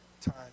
time